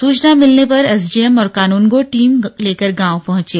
सूचना मिलने पर एसडीएम और कानूनगो टीम लेकर गांव पहुंचे